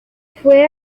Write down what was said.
fue